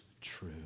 true